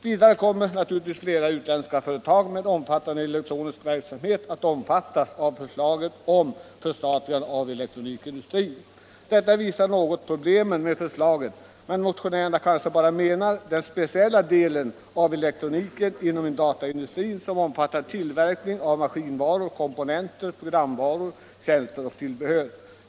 Vidare kommer naturligtvis flera utländska företag med omfattande elek nikindustrin. Detta visar något om problemen med förslaget om förstatligandet. Men motionärerna kanske i det sammanhanget bara avser den speciella del av elektroniken inom dataindustrin som omfattar tillverkning av maskinvaror, komponenter, programvaror, tjänster och tillbehör.